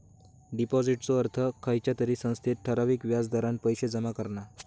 डिपाॅजिटचो अर्थ खयच्या तरी संस्थेत ठराविक व्याज दरान पैशे जमा करणा